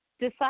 Decide